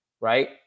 right